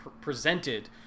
presented